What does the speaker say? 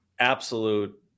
absolute